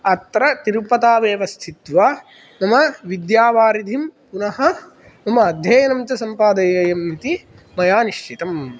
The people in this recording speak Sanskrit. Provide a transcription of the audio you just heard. अत्र तिरुपतावेव स्थित्वा मम विद्यावारिधिं पुनः मम अध्ययनं च सम्पादयेयम् इति मया निश्चितम्